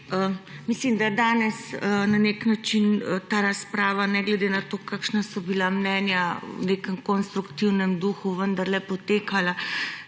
mislim, da je danes na nek način ta razprava, ne glede na to, kakšna so bila mnenja, v nekem konstruktivnem duhu vendarle potekala;